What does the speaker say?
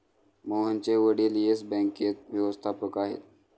मोहनचे वडील येस बँकेत व्यवस्थापक आहेत